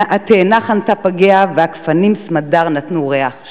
התאנה חנטה פגיה והגפנים סמדר נתנו ריח.